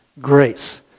grace